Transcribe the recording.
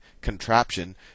contraption